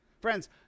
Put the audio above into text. Friends